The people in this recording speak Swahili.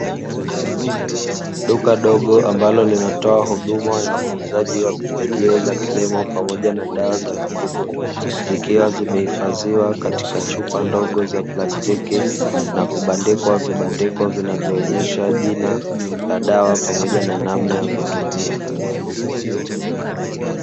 Duka dogo ambalo linatoa huduma maalumu ya uuzaji wa pembejeo za kilimo pamoja na dawa za mifugo, zikiwa zimehifadhiwa katika chupa ndogo za plastiki na kubandikwa vibandiko vinavyoonyesha jina la dawa, pamoja na namna ya kutumia.